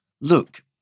look